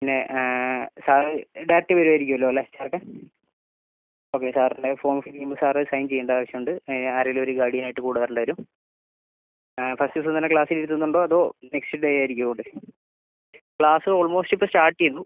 പിന്നെ sir direct വരുവായിരിക്കോല്ലോ അല്ലേ ചേർക്കാൻ ഓക്കേ സാറിൻ്റെ ഫോം ഫില്ല് ചെയ്യുമ്പം സാറ് സൈൻ ചെയ്യേണ്ട ആവശ്യം ഉണ്ട് അതിന് ആരേലും ഒരു ഗാഡിയൻ ആയിട്ട് കൂടെ വരേണ്ടി വരും ഫസ്റ്റ് ദിവസം തന്നെ ക്ലാസ്സിൽ ഇരിത്തുന്നുണ്ടോ അതോ നെക്സ്റ്റ് ഡേ ആയിരിക്കുമോ ഇവിടെ ക്ലാസ്സ് ഓൾമോസ്റ്റ് ഇപ്പോൾ സ്റ്റാർട്ട് ചെയ്തു